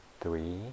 three